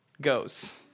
goes